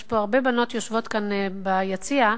ויושבות פה הרבה בנות ביציע,